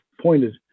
pointed